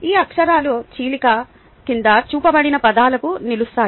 ఈ అక్షరాలు చీలిక కింద చూపబడిన పదాలకు నిలుస్తాయి